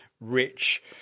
rich